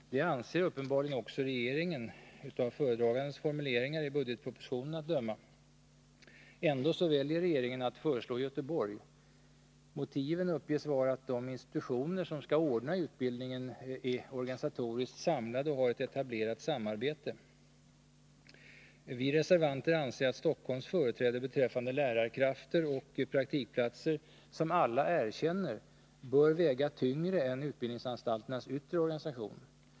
Det anser uppenbarligen också regeringen, av föredragandens formuleringar i budgetpropositionen att döma. Ändå väljer regeringen att föreslå Göteborg. Motivet uppges vara att de institutioner som skall ordna utbildningen är organisatoriskt samlade och har ett etablerat samarbete. Vi reservanter anser att Stockholms företräde beträffande lärarkrafter och praktikplatser, som alla erkänner, bör väga tyngre än utbildningsanstalternas yttre organisation.